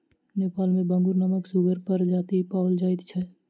नेपाल मे बांगुर नामक सुगरक प्रजाति पाओल जाइत छै